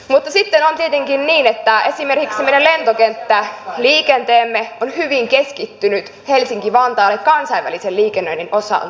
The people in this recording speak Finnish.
mutta sitten on tietenkin niin että esimerkiksi meidän lentokenttäliikenteemme on hyvin keskittynyt helsinki vantaalle kansainvälisen liikennöinnin osalta